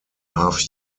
half